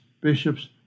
bishops